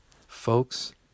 Folks